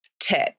tip